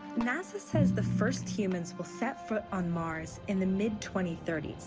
nasa says the first humans will set foot on mars in the mid twenty thirty